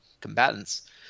combatants